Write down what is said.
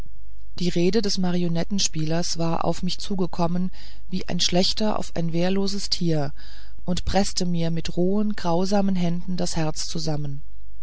die rede des marionettenspielers war auf mich zugekommen wie ein schlächter auf ein wehrloses tier und preßte mir mit rohen grausamen händen das herz zusammen